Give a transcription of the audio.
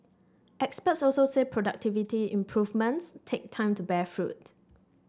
experts also say productivity improvements take time to bear fruit